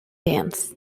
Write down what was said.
dance